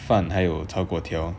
饭还有炒粿条